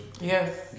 Yes